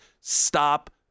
stop